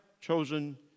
chosen